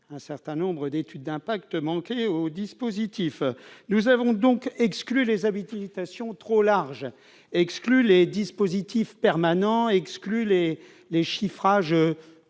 qu'un certain nombre d'études d'impact manquaient au dispositif. Nous avons donc exclu les habilitations trop larges, les dispositifspermanents et les chiffrages